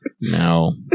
No